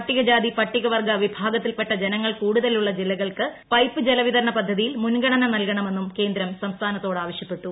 പട്ടികജാതി പട്ടികവർഗ്ഗ വിഭാഗത്തിൽപ്പെട്ട ജനങ്ങൾ കൂടുതലുള്ള ജില്ലകൾക്ക് പൈപ്പ് ജലവിതരണ പദ്ധതിയിൽ മുൻഗണന നൽകണമെന്നും കേന്ദ്രം സംസ്ഥാനത്തോട് ആവശ്യപ്പെട്ടു